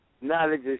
Knowledge